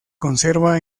conserva